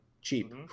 cheap